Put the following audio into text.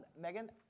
Megan